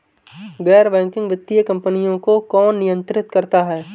गैर बैंकिंग वित्तीय कंपनियों को कौन नियंत्रित करता है?